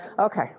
Okay